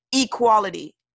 equality